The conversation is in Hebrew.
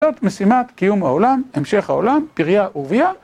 זאת משימת קיום העולם, המשך העולם, פרייה ורבייה.